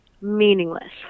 meaningless